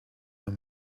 are